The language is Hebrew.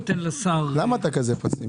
למה אתה כזה פסימי?